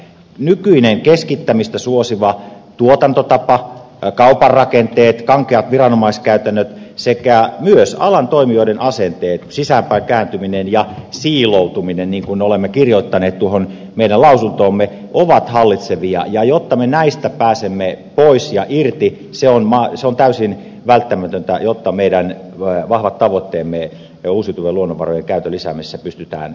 nykyinen keskittämistä suosiva tuotantotapa kaupan rakenteet kankeat viranomaiskäytännöt sekä myös alan toimijoiden asenteet sisäänpäin kääntyminen ja siiloutuminen niin kuin olemme kirjoittaneet meidän lausuntoomme ovat hallitsevia ja se että me näistä pääsemme pois ja irti on täysin välttämätöntä jotta meidän vahvat tavoitteemme uusiutuvien luonnonvarojen käytön lisäämisessä pystytään toteuttamaan